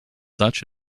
such